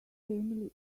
family